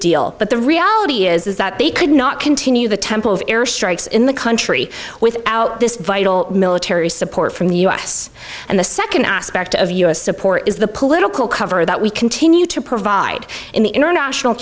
deal but the reality is that they could not continue the temple of airstrikes in the country without this vital military support from the u s and the second aspect of u s support is the political cover that we continue to provide in the international